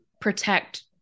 protect